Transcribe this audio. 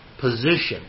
position